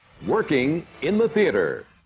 working in the theatre